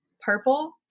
purple